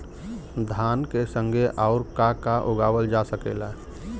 धान के संगे आऊर का का उगावल जा सकेला?